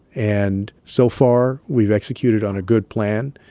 and so far, we've executed on a good plan.